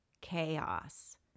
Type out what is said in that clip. chaos